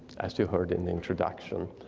as you heard in the introduction,